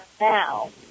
now